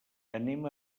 anem